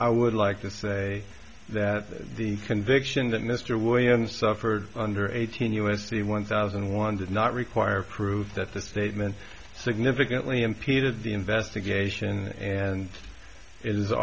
i would like to say that the conviction that mr williams suffered under eighteen u s c one thousand and one did not require proof that the statement significantly impeded the investigation and i